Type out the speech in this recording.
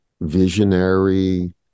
visionary